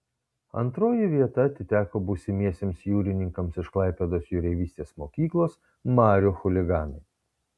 antroji vieta atiteko būsimiesiems jūrininkams iš klaipėdos jūreivystės mokyklos marių chuliganai